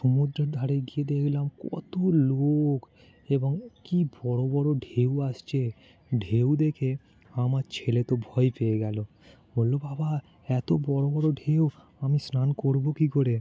সমুদ্রের ধারে গিয়ে দেখলাম কতো লোক এবং কি বড়ো বড়ো ঢেউ আসছে ঢেউ দেখে আমার ছেলে তো ভয় পেয়ে গেলো বললো বাবা এতো বড়ো বড়ো ঢেউ আমি স্নান করবো কী করে